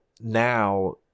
now